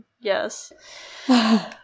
Yes